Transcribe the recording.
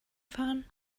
fahren